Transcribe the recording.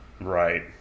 Right